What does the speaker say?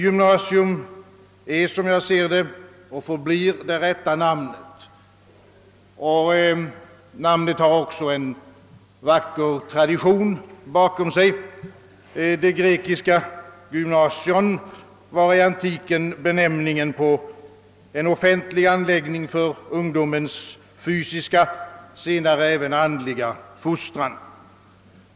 Gymnasium är och förblir enligt min uppfattning det rätta namnet. Det har också en vacker tradition bakom sig. Det grekiska gymnasion var i antiken benämningen på en offentlig anläggning för ungdomens fysiska, senare även andliga fostran.